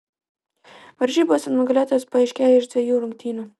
varžybose nugalėtojas paaiškėja iš dviejų rungtynių